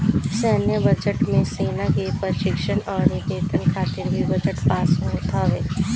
सैन्य बजट मे सेना के प्रशिक्षण अउरी वेतन खातिर भी बजट पास होत हवे